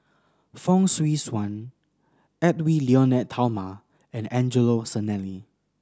Fong Swee Suan Edwy Lyonet Talma and Angelo Sanelli